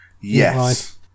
Yes